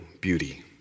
beauty